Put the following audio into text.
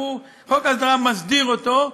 חוק ההסדרה מסדיר אותו,